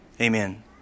Amen